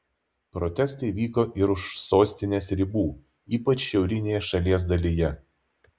protestai vyko ir už sostinės ribų ypač šiaurinėje šalies dalyje